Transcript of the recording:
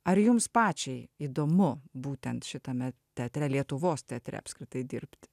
ar jums pačiai įdomu būtent šitame teatre lietuvos teatre apskritai dirbt